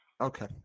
Okay